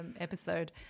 episode